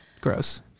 Gross